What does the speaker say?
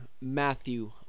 Matthew